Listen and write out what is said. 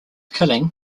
killing